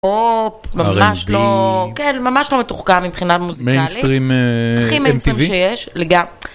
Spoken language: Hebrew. או ממש לא, כן ממש לא מתוחכם מבחינה מוזיקלית, הכי מיינסטרים שיש לגמרי.